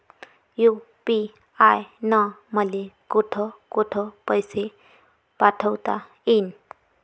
UPI न मले कोठ कोठ पैसे पाठवता येईन?